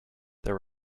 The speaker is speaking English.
there